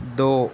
دو